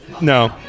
No